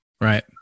Right